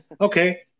Okay